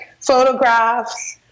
photographs